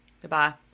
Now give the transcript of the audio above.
Goodbye